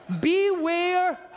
beware